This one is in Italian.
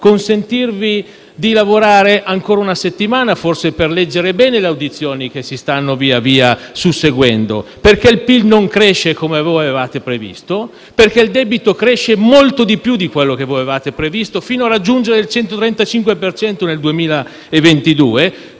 consentirvi di lavorare ancora una settimana, forse per leggere bene le audizioni che si stanno susseguendo, perché il PIL non cresce come avevate previsto; il debito cresce molto di più di quello che avevate prefigurato, fino a raggiungere il 135 per cento